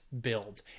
build